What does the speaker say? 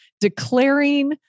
declaring